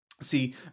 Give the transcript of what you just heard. See